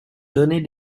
donner